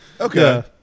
Okay